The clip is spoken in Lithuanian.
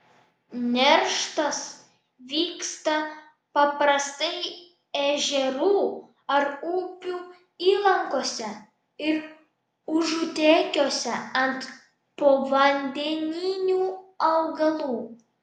nerštas vyksta paprastai ežerų ar upių įlankose ir užutekiuose ant povandeninių augalų